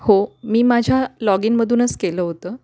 हो मी माझ्या लॉगिनमधूनच केलं होतं